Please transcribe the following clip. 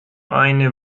eine